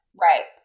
Right